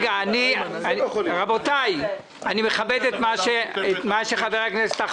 אני רוצה להעמיד כמה נתונים בפני המצפון של כולם.